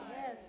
Yes